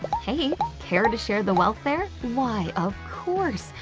hey care to share the welfare? why of course!